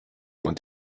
want